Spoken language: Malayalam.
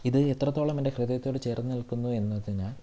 ഇത് എത്രത്തോളം എൻ്റെ ഹൃദയത്തോട് ചേർന്ന് നിൽക്കുന്നു എന്നതിന്